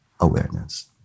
awareness